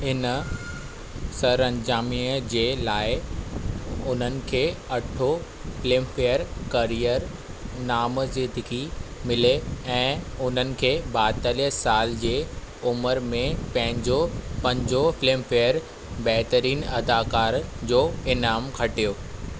इन सरअंजामीअ जे लाइ उननि खें अठों फ़िल्मफेयर करियर नामज़दिगी मिले ऐं हुननि खे ॿाहितालिय साल जे उमरि में पंहिंजो पंजों फ़िल्मफेयर बहितरीन अदाकार जो ईंनामु खटियो